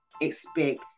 expect